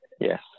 Yes